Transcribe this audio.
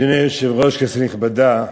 אדוני היושב-ראש, כנסת נכבדה,